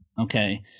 Okay